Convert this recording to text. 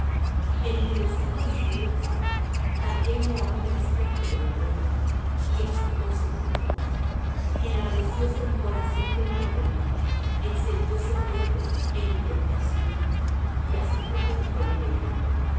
enmudecí con silencio calléme aun respecto de lo bueno y excitóse mi dolor enardecióse mi corazón dentro de mí encendióse fuego en mi meditación y así proferí con mi lengua